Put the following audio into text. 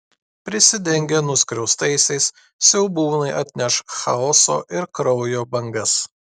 prisidengę nuskriaustaisiais siaubūnai atneš chaoso ir kraujo bangas